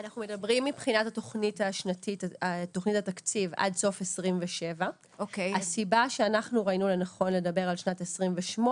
אנחנו מדברים מבחינת תוכנית התקציב עד סוף 2027. הסיבה שאנחנו ראינו לנכון לדבר על שנת 2028